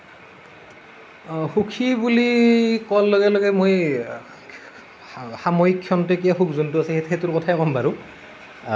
সুখী বুলি কোৱাৰ লগে লগে মই সা সাময়িক ক্ষন্তেকীয়া সুখ যোনটো আছে সেই সেইটোৰ কথাই ক'ম বাৰু